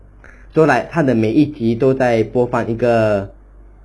so like 他的每一集都在播放一个